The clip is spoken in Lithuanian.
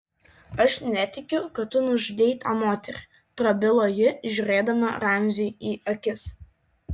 aš netikiu kad tu nužudei tą moterį prabilo ji žiūrėdama ramziui į akis